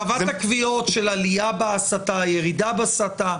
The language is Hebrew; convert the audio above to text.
קבעת קביעות של עלייה בהסתה, ירידה בהסתה.